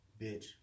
bitch